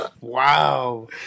Wow